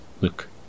Look